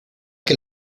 que